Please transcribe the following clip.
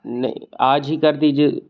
नहीं आज ही कर दीजिए